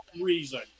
reason